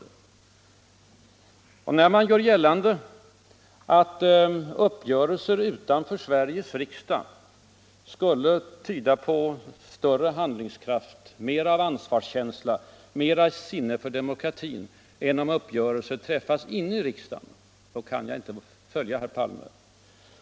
När han, i varje fall indirekt, gör gällande att uppgörelser utanför Sveriges riksdag skulle tyda på större handlingskraft, mera ansvarskänsla, mera sinne för demokratin än uppgörelser som träffas inne i riksdagen, då kan jag inte följa honom.